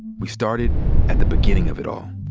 we started at the beginning of it all.